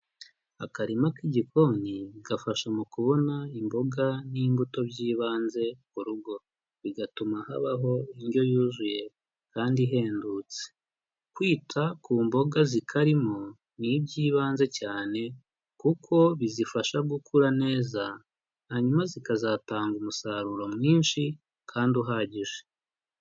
Akarima k'igikoni gafasha mu kubona imboga n'imbuto by'ibanze ku rugo. Bigatuma habaho indyo yuzuye kandi ihendutse. Kwita ku mboga zikarimo ni iby'ibanze cyane kuko bizifasha gukura neza hanyuma zikazatanga umusaruro mwinshi kandi uhagije.